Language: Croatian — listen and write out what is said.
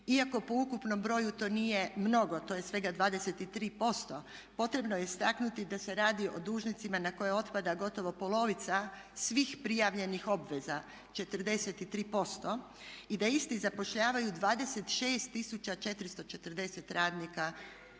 iako po ukupnom broju to nije mnogo to je svega 23% potrebno je istaknuti da se radio o dužnicima na koje otpada gotovo polovica svih prijavljenih obveza 43% i da isti zapošljavaju 26 440 radnika gotovo